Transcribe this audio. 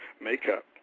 makeup